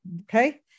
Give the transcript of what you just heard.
okay